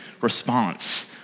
response